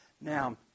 now